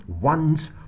one's